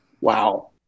Wow